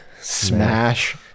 smash